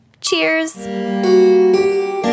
Cheers